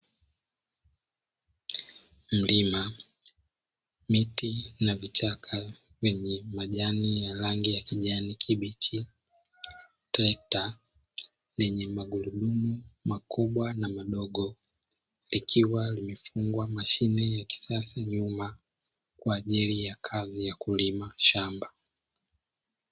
Mlima, miti na vichaka vyenye majani ya rangi ya kijani kibichi, trekta lenye magurudumu makubwa na madogo, likiwa limefungwa mashine ya kisasa nyuma kwa ajili ya kazi ya kulima shamba.